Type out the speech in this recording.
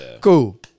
Cool